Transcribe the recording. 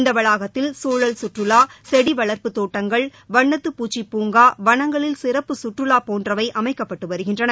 இந்த வளாகத்தில் சூழல் சுற்றுலா செடி வளா்ப்புத் தோட்டங்கள் வண்ணத்தப் பூச்சி பூங்கா வனங்களில் சிறப்பு சுற்றுலா போன்றவை அமைக்கப்பட்டு வருகின்றன